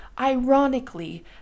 ironically